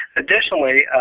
additionally,